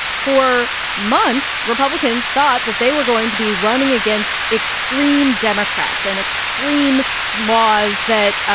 for months, republicans thought that they were going to be running against extreme democrats and extreme laws that,